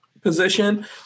position